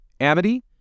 Amity